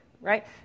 right